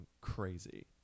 crazy